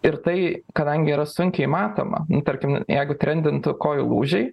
ir tai kadangi yra sunkiai matoma tarkim jeigu trendintų kojų lūžiai